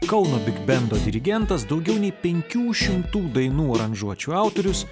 kauno bigbendo dirigentas daugiau nei penkių šimtų dainų aranžuočių autorius